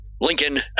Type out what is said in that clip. Lincoln